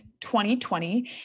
2020